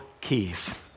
keys